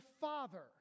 Father